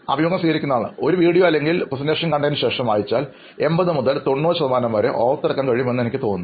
അഭിമുഖം സ്വീകരിക്കുന്നയാൾ ഒരു വീഡിയോ അല്ലെങ്കിൽ അവതരണം കണ്ടതിനുശേഷം വായിച്ചാൽ 80 മുതൽ 90 ശതമാനം വരെ ഓർത്തെടുക്കാൻ കഴിയുമെന്ന് എനിക്ക് തോന്നുന്നു